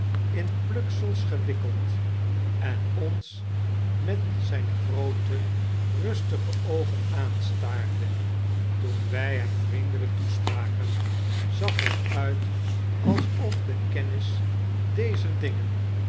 in pluksel gewikkeld en ons met zp groote rustige oogen aanstaarde toen wij hem vriendeltjk toespraken zag er uit alsof de kennis dezer dingen